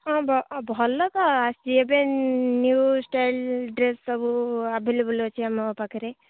ହଁ ଭଲ ତ ଆସିଛି ଏବେ ନ୍ୟୁ ଷ୍ଟାଇଲ୍ ଡ୍ରେସ୍ ସବୁ ଆଭେଲେବୁଲ୍ ଅଛି ଆମ ପାଖରେ